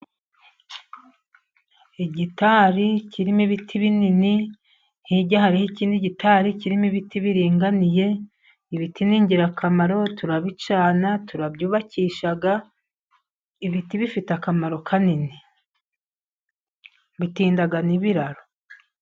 Igitari kirimo ibiti binini hirya hariho, ikindi gitari kirimo ibiti biringaniye. Ibiti ni ingirakamaro turabicana, turabyubakisha. Ibiti bifite akamaro kanini, bitinda n' ibiraro.